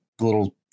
little